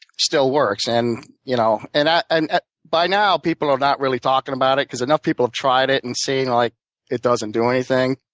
still works. and you know and and by now, people are not really talking about it because enough people have tried it and seeing like it doesn't do anything.